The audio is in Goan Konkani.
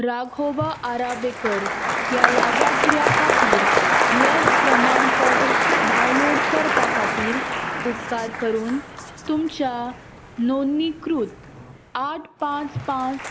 राघोबा आराबेकर ह्या लाभार्थ्या खातीर लस प्रमाणपत्र डावनलोड करपा खातीर उपकार करून तुमच्या नोंदणीकृत आठ पांच पांच